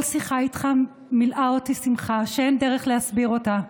כל שיחה איתך מילאה אותי שמחה שאין דרך להסביר אותה,